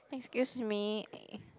excuse me